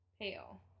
Pale